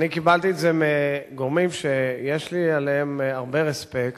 העניין הוא שאני קיבלתי את זה מגורמים שיש לי אליהם הרבה respect,